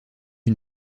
une